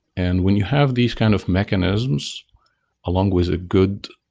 and when you have these kind of mechanisms along with a good,